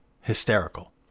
hysterical